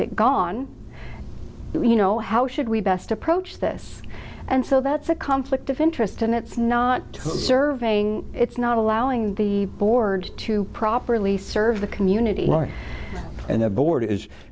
it gone you know how should we best approach this and so that's a conflict of interest and it's not surveying it's not allowing the board to properly serve the community and the board is